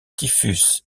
typhus